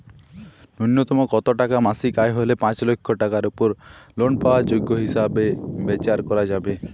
ন্যুনতম কত টাকা মাসিক আয় হলে পাঁচ লক্ষ টাকার উপর লোন পাওয়ার যোগ্য হিসেবে বিচার করা হবে?